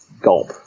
gulp